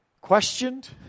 questioned